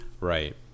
Right